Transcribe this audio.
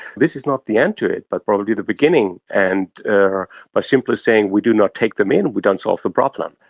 this is not the end to it but probably the beginning. and by simply saying we do not take them in we don't solve the problem.